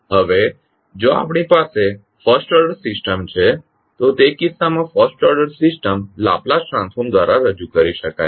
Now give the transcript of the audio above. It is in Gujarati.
હવે જો આપણી પાસે ફર્સ્ટ ઓર્ડર સિસ્ટમ છે તો તે કિસ્સામાં first order system Laplace transform દ્વારા રજૂ કરી શકાય છે